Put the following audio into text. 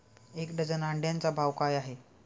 एक डझन अंड्यांचा भाव काय आहे?